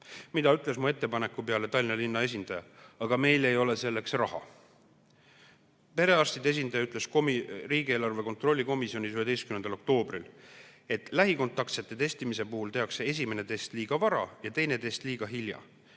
Mida ütles mu ettepaneku peale Tallinna linna esindaja? "Aga meil ei ole selleks raha." Perearstide esindaja ütles riigieelarve kontrolli erikomisjonis 11. oktoobril, et lähikontaktsete testimise puhul tehakse esimene test liiga vara ja teine test liiga hilja.